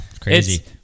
Crazy